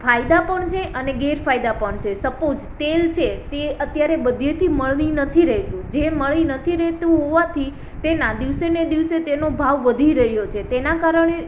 ફાયદા પણ છે અને ગેરફાયદા પણ છે સપોઝ તેલ છે તે અત્યારે બધેથી મળી નથી રહેતું જે મળી નથી રહેતું હોવાથી તેના દિવસેને દિવસે તેનો ભાવ વધી રહ્યો છે તેના કારણે